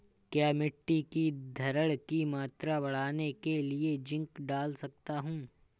क्या मिट्टी की धरण की मात्रा बढ़ाने के लिए जिंक डाल सकता हूँ?